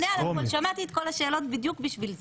שמעתי את כל השאלות בדיוק בשביל זה.